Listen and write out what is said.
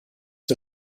der